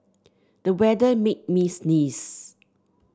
the weather made me sneeze